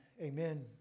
amen